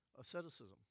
Asceticism